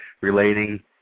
relating